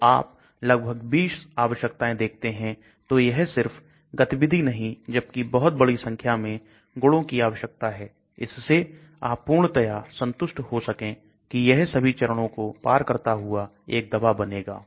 तो आप लगभग 20 आवश्यकताएं देखते हैं तो यह सिर्फ गतिविधि नहीं जबकि बहुत बड़ी संख्या में गुणों की आवश्यकता है इससे आप पूर्णतया संतुष्ट हो सके कि यह सभी चरणों को पार करता हुआ एक दवा बनेगा